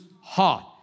heart